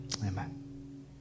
Amen